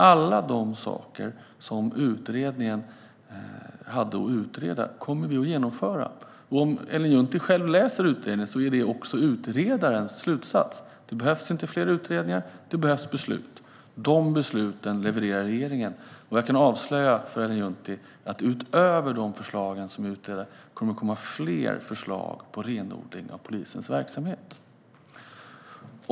Alla dessa saker som utredningen hade att utreda kommer vi att genomföra. Om Ellen Juntti själv läser utredningen ser hon att det också är utredarens slutsats. Det behövs inte fler utredningar; det behövs beslut. De besluten levererar regeringen. Jag kan avslöja för Ellen Juntti att utöver de förslag som utretts kommer det fler förslag på renodling av polisens verksamhet.